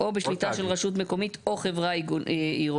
או בשליטה של רשות מקומית או חברה עירונית,